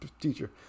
teacher